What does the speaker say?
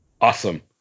awesome